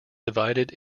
divided